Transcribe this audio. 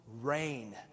reign